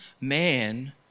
man